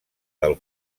del